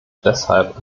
deshalb